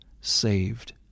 saved